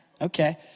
okay